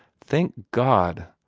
thank god!